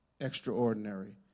Extraordinary